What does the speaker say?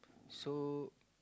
so